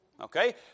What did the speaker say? Okay